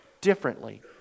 differently